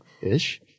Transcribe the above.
Ish